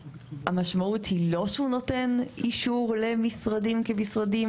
המשמעות היא לא שהוא נותן אישור למשרדים כמשרדים,